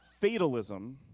fatalism